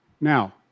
Now